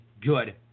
good